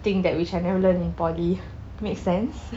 thing that which I never learn in poly make sense